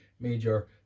major